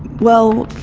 well,